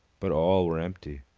but all were empty.